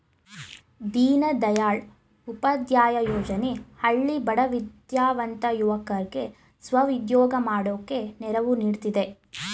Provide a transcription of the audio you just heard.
ದೀನದಯಾಳ್ ಉಪಾಧ್ಯಾಯ ಯೋಜನೆ ಹಳ್ಳಿ ಬಡ ವಿದ್ಯಾವಂತ ಯುವಕರ್ಗೆ ಸ್ವ ಉದ್ಯೋಗ ಮಾಡೋಕೆ ನೆರವು ನೀಡ್ತಿದೆ